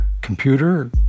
computer